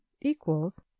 equals